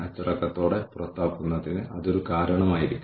തുടർന്ന് നമ്മൾ നിലനിർത്തലിന്റെ ഒരു പട്ടികയും ഉണ്ടാക്കുന്നു